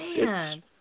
Man